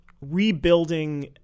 rebuilding